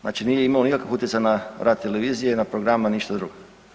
Znači, nije imao nikakvog utjecaja na rad televizije, na program, na ništa drugo.